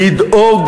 לדאוג